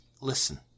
listen